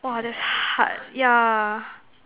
!wah! that's hard yeah